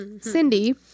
Cindy